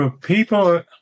People